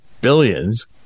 billions